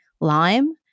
lime